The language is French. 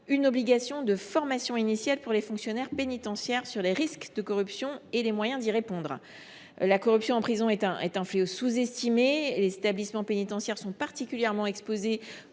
une obligation de formation initiale pour les fonctionnaires pénitentiaires sur les risques de corruption et les moyens d’y répondre. La corruption en prison est un fléau sous estimé. Les établissements pénitentiaires sont particulièrement exposés